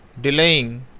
delaying